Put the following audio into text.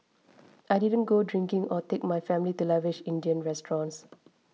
I didn't go drinking or take my family to lavish Indian restaurants